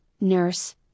nurse